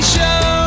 Show